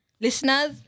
listeners